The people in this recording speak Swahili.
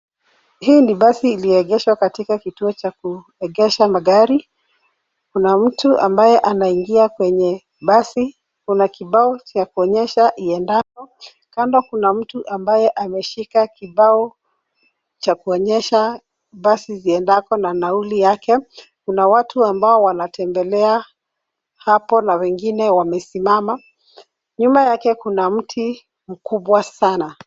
Hii ni basi iliegeshwa katika kituo cha kuegesha magari, kuna mtu ambaye anaingia kwenye basi, kuna kibao cha kuonyesha iendapo, kando kuna mtu ambaye ameshika kibao cha kuonyesha basi ziendako na nauli yake, kuna watu ambao wanatembelea hapo na wengine wamesimama. Nyuma yake kuna mti mkubwa sana.